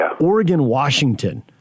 Oregon-Washington